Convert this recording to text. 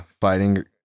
fighting